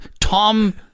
Tom